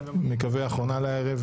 אני מקווה אחרונה להערב.